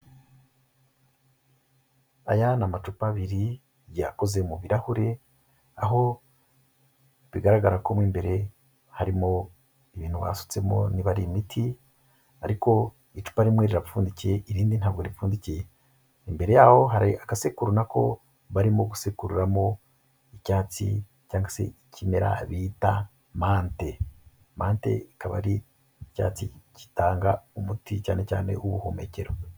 Aya ni amacupa abiri yakoze mu birarahure, aho bigaragara ko mo imbere harimo ibintu basutsemo biba ari imiti, ariko icupa rimwe rirapfundikiye irindi ntabwo ripfundikiye. Imbere yaho hari agasekuru nako barimo gusekuraramo icyatsi cyangwa ikimera bita mante. Mante ikaba ari icyatsi gitanga umuti cyane cyane w'ubuhumekero.